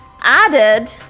added